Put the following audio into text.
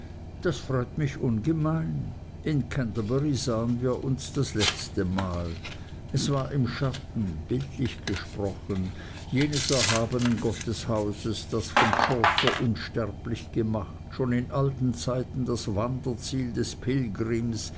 das freut mich ungemein in canterbury sahen wir uns das letzte mal es war im schatten bildlich gesprochen jenes erhabenen gotteshauses das von chaucer unsterblich gemacht schon in alten zeiten das wanderziel des pilgrims